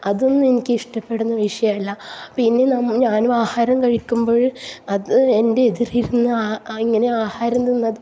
അതൊന്നും എനിക്ക് ഇഷ്ടപ്പെടുന്ന വിഷയമല്ല പിന്നെ നമ്മൾ ഞാൻ ആഹാരം കഴിക്കുമ്പോൾ അത് എൻ്റെ എതിർ ഇരുന്ന് ആ ആ ഇങ്ങനെ ആഹാരം തിന്നുന്നതും